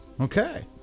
Okay